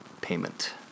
payment